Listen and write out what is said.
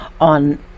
on